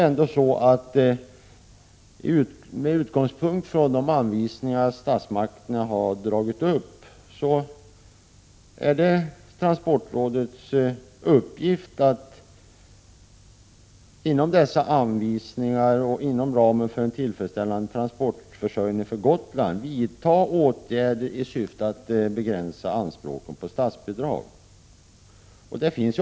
Enligt de anvisningar som statsmakterna har utfärdat är det transportrådets uppgift att inom ramen för dessa anvisningar och för att skapa en tillfredsställande transportförsörjning för Gotland vidta åtgärder i syfte att begränsa anspråken på statsbidrag.